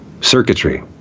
circuitry